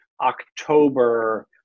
October